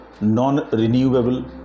non-renewable